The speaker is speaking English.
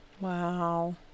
Wow